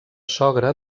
sogre